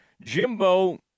Jimbo